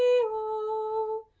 o